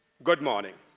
good morning.